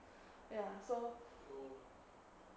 ya so